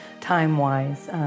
time-wise